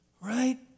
Right